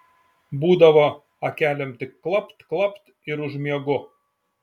būdavo akelėm tik klapt klapt ir užmiegu